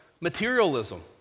materialism